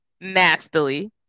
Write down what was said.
nastily